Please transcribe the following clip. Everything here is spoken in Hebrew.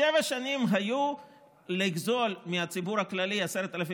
שבע שנים היו לגזול מהציבור הכללי 10,000